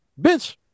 bitch